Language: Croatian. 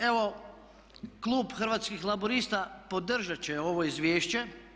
Evo klub Hrvatski laburista podržati će ovo izvješće.